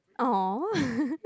oh